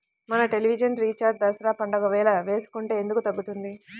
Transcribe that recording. మన television recharge Dasara పండగ వేళ వేసుకుంటే ఎందుకు తగ్గుతుంది?